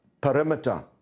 perimeter